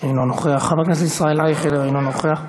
אינו נוכח,